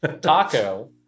Taco